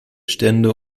stände